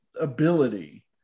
ability